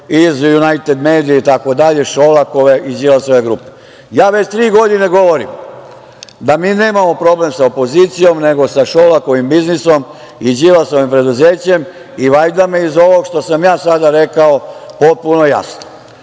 iz „Junajted medija“, itd, Šolakove i Đilasove grupe. Već tri godine ja govorim da mi nemamo problem sa opozicijom, nego sa Šolakovim biznisom i Đilasovim preduzećem i valjda vam je iz ovog što sam ja sada rekao potpuno jasno.